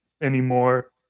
anymore